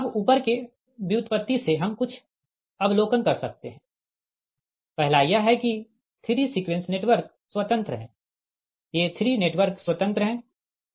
अब ऊपर के व्युत्पत्ति से हम कुछ अवलोकन कर सकते है पहला यह है कि 3 सीक्वेंस नेटवर्क स्वतंत्र है ये 3 नेटवर्क स्वतंत्र है कोई जुड़ाव नहीं है